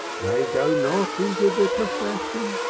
dey go not in de procession.